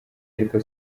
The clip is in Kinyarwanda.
ariko